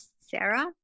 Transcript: Sarah